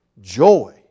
joy